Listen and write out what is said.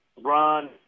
LeBron